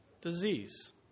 Disease